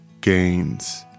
Gains